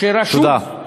תודה.